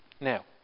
Now